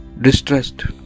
Distressed